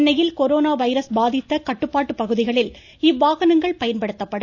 சென்னையில் corona virus பாதித்த கட்டுப்பாட்டு பகுதிகளில் இவ்வாகனங்கள் பயன்படுத்தப்படும்